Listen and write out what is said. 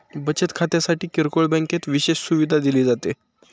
बचत खात्यासाठी किरकोळ बँकेत विशेष सुविधा दिली जाते